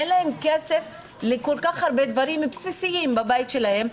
אין להם כסף לכל כך הרבה דברים בסיסיים בבית שלהם,